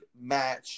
match